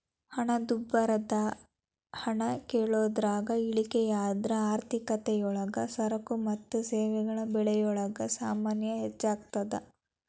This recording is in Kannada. ಹಣದುಬ್ಬರದ ಹಣ ಕೊಳ್ಳೋದ್ರಾಗ ಇಳಿಕೆಯಾದ್ರ ಆರ್ಥಿಕತಿಯೊಳಗ ಸರಕು ಮತ್ತ ಸೇವೆಗಳ ಬೆಲೆಗಲೊಳಗ ಸಾಮಾನ್ಯ ಹೆಚ್ಗಿಯಾಗ್ತದ